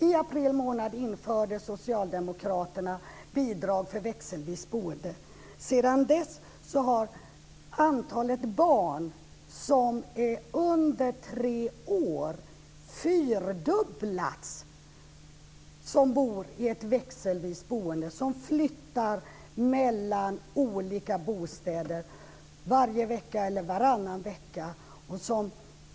I april månad införde Socialdemokraterna bidrag för växelvis boende. Sedan dess har antalet barn under tre år som bor i ett växelvis boende fyrdubblats. De flyttar mellan olika bostäder varje vecka eller varannan vecka.